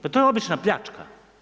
Pa to je obična pljačka.